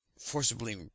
forcibly